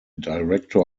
director